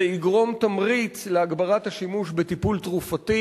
זה יגרום תמריץ להגברת השימוש בטיפול תרופתי